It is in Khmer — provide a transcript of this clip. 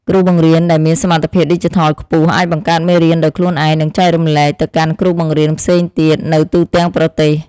គ្រូបង្រៀនដែលមានសមត្ថភាពឌីជីថលខ្ពស់អាចបង្កើតមេរៀនដោយខ្លួនឯងនិងចែករំលែកទៅកាន់គ្រូបង្រៀនផ្សេងទៀតនៅ ទូទាំងប្រទេស។